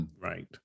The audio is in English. Right